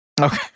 Okay